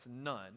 none